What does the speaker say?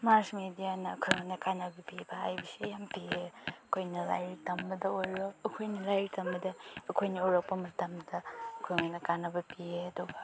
ꯃꯥꯔꯁ ꯃꯦꯗꯤꯌꯥꯅ ꯑꯩꯈꯣꯏꯔꯣꯝꯗ ꯀꯥꯟꯅꯕ ꯄꯤꯕ ꯍꯥꯏꯕꯁꯤ ꯌꯥꯝ ꯄꯤꯌꯦ ꯑꯩꯈꯣꯏꯅ ꯂꯥꯏꯔꯤꯛ ꯇꯝꯕꯗ ꯑꯣꯏꯔꯣ ꯑꯩꯈꯣꯏꯅ ꯂꯥꯏꯔꯤꯛ ꯇꯝꯕꯗ ꯑꯩꯈꯣꯏꯅ ꯎꯔꯛꯄ ꯃꯇꯝꯗ ꯑꯩꯈꯣꯏꯅ ꯀꯥꯟꯕ ꯄꯤꯌꯦ ꯑꯗꯨꯒ